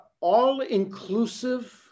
all-inclusive